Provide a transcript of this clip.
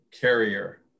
carrier